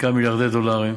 כמה מיליארדי דולרים,